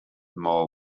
more